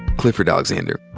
clifford alexander,